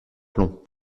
plomb